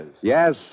Yes